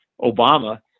Obama